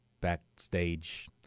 backstage